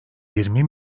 yirmi